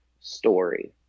story